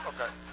Okay